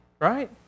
right